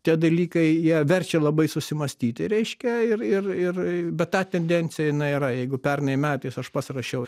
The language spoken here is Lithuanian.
tie dalykai jie verčia labai susimąstyti reiškia ir ir ir bet ta tendencija jinai yra jeigu pernai metais aš pasirašiau